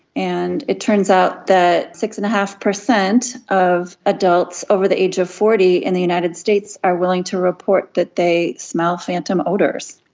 and it turns out that six. and five percent of adults over the age of forty in the united states are willing to report that they smell phantom odours.